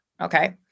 okay